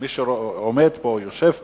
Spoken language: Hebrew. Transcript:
מי שעומד פה, יושב פה,